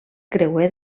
creuer